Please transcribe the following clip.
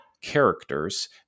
characters